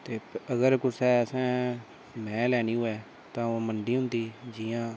ते अगर कुसै असें मैह् लैनी ते ओह् मंडी होंदी जि'यां